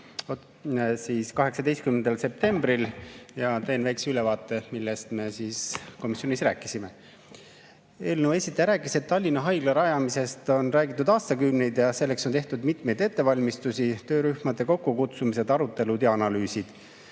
eelnõu 18. septembril ja teen väikese ülevaate, millest me komisjonis rääkisime. Eelnõu esitaja [esindaja] rääkis, et Tallinna Haigla rajamisest on räägitud aastakümneid ja selleks on tehtud mitmeid ettevalmistusi: töörühmade kokkukutsumised, arutelud ja analüüsid.